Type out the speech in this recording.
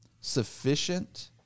sufficient